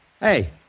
Hey